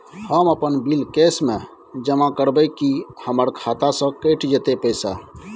हम अपन bill cash म जमा करबै की हमर खाता स कैट जेतै पैसा?